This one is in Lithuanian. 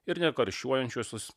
ir nekarščiuojančiuosius